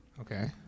okay